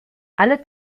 alle